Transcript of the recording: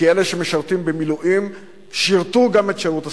כי אלה שמשרתים במילואים שירתו גם בשירות הסדיר.